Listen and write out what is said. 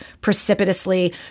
precipitously